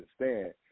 understand